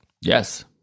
yes